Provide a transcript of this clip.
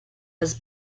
has